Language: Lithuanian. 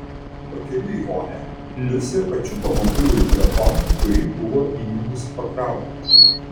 pakeliui į vonią liusė pačiupo mobilųjį telefoną kurį buvo įjungusi pakrauti